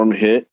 hit